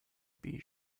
bee